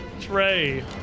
Trey